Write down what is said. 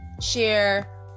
share